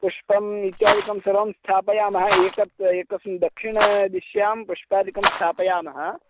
पुष्पम् इत्यादिकं सर्वं स्थापयामः एकत्र एकस्मिन् दक्षिणदिश्यां पुष्पादिकं स्थापयामः